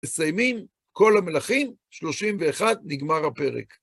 מסיימים כל המלכים, 31 נגמר הפרק.